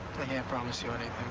can't promise you and